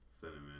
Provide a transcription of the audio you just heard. cinnamon